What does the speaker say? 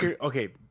okay